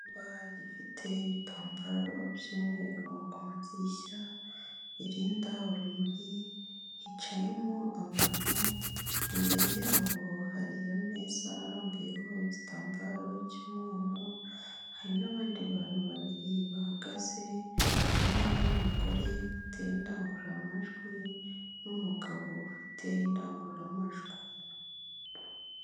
Icyumba gifite ibitambaro by'umweru ku madirishya birinda urumuri hicayemo abantu, imbere yabo hari ameza arambuyeho igitambaro cy'umweru, hari n'abandi bantu babiri bahagaze, umwe w'umugore ufite indangururamajwi n'umugabo ufite indangururamajwi.